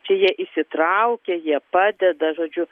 čia jie įsitraukia jie padeda žodžiu